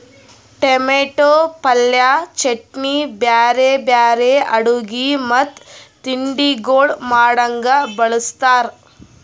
tomato ಪಲ್ಯ, ಚಟ್ನಿ, ಬ್ಯಾರೆ ಬ್ಯಾರೆ ಅಡುಗಿ ಮತ್ತ ತಿಂಡಿಗೊಳ್ ಮಾಡಾಗ್ ಬಳ್ಸತಾರ್